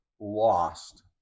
lost